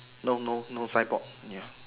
no no no signboard ya